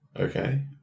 Okay